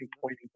pointing